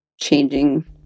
changing